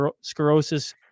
sclerosis